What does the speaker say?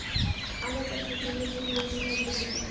আলু চাষের জন্য কি মরসুম উপযোগী?